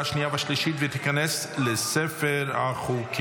28 בעד, אפס מתנגדים.